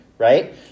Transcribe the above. Right